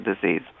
disease